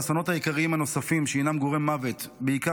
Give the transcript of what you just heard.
האסונות העיקריים הנוספים שהינם גורם מוות בעיקר